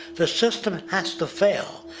the system has to fail,